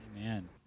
Amen